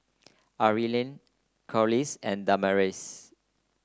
Arlyn Corliss and Damaris